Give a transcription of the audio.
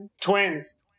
Twins